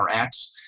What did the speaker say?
RX